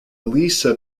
lisa